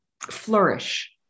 flourish